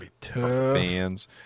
fans